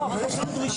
לא, אבל יש לנו דרישות.